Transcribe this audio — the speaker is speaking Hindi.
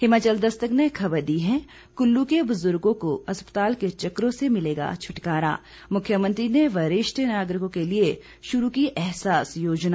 हिमाचल दस्तक ने खबर दी है कुल्लू के बुजुर्गों को अस्पताल के चक्करों से मिलेगा छुटकारा मुख्यमंत्री ने वरिष्ठ नागरिकों के लिए शुरू की एहसास योजना